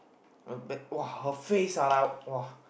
uh bad !wah! her face ah like !wah!